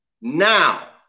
now